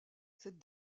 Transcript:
cette